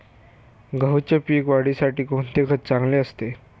गहूच्या पीक वाढीसाठी कोणते खत चांगले असते?